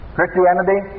Christianity